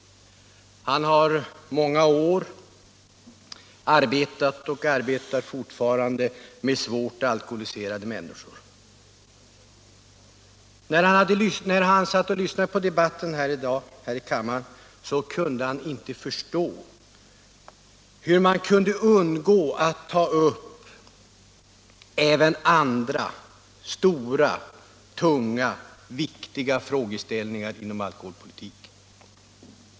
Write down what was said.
Han har i många år arbetat och arbetar med svårt alkoholiserade människor. När han hade lyssnat till debatten här i kammaren kunde han inte förstå hur debattdeltagarna kunde undgå att ta upp även alla andra stora, tunga, viktiga frågeställningar inom alkoholpolitiken.